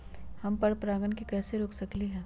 हम पर परागण के कैसे रोक सकली ह?